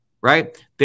right